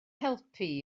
helpu